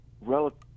relative